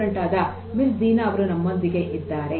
D ವಿದ್ಯಾರ್ಥಿನಿ ಆದ miss Deena ಅವರು ನಮ್ಮೊಂದಿಗೆ ಇದ್ದಾರೆ